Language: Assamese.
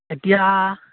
এতিয়া